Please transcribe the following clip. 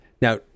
Now